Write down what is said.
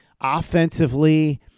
offensively